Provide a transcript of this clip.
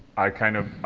i kind of,